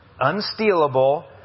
unstealable